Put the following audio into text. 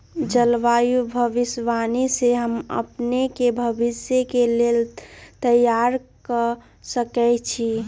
जलवायु भविष्यवाणी से हम अपने के भविष्य के लेल तइयार कऽ सकै छी